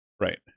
Right